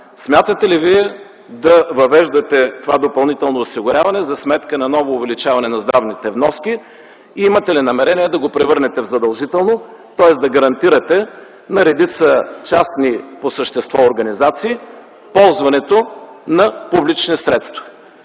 Смятате ли да въвеждате това допълнително осигуряване за сметка на ново увеличаване на здравните вноски и имате ли намерение да го превърнете в задължително, тоест да гарантирате на редица частни по същество организации ползването на публични средства?